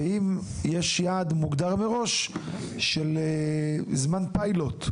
והאם יש יעד מוגדר מראש של זמן פיילוט?